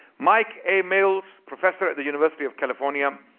mike a. males, professor at the university of california.